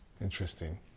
Interesting